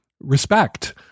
respect